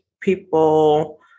people